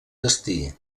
destí